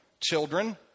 children